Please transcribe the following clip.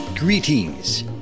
Greetings